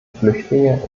flüchtlinge